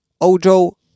Ojo